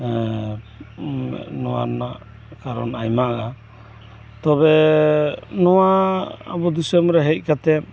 ᱱᱚᱣᱟ ᱨᱮᱱᱟᱜ ᱠᱟᱨᱚᱱ ᱟᱭᱢᱟ ᱛᱚᱵᱮ ᱱᱚᱣᱟ ᱟᱵᱩ ᱫᱤᱥᱟᱹᱢ ᱨᱮ ᱦᱮᱡ ᱠᱟᱛᱮᱜ